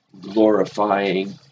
glorifying